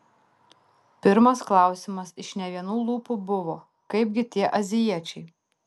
pirmas klausimas iš ne vienų lūpų buvo kaipgi tie azijiečiai